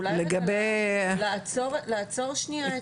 אולי לעצור שנייה את ההכשרה.